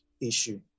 issue